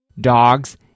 dogs